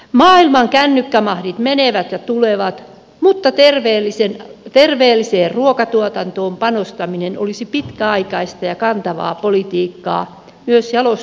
maailman kännykkämahdit menevät ja tulevat mutta terveelliseen ruokatuotantoon panostaminen olisi pitkäaikaista ja kantavaa politiikkaa myös jalostusteollisuuspolitiikkaa